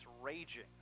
raging